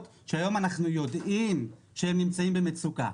שהיום אנחנו יודעים שהם נמצאים במצוקה.